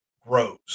grows